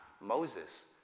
Moses